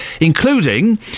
Including